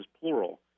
plural